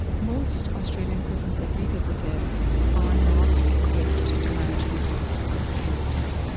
most australian prisons that we visited are not equipped to manage people with physical disabilities.